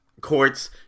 courts